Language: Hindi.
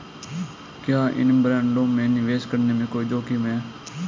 क्या इन बॉन्डों में निवेश करने में कोई जोखिम है?